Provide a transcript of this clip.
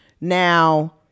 now